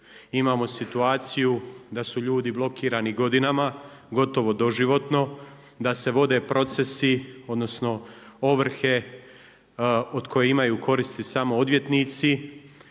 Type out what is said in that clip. Imamo situaciju da su ljudi blokirani godinama, gotovo doživotno, da se vode procesi, odnosno ovrhe od kojih imaju koristi samo odvjetnici.